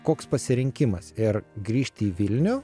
koks pasirinkimas ir grįžti į vilnių